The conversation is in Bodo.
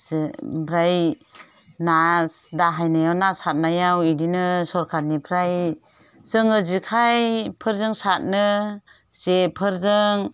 जों ओमफ्राय ना दाहायनायाव ना सारनायाव बिदिनो सरकारनिफ्राय जोङो जेखाइफोरजों सारनो जेफोरजों